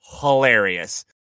hilarious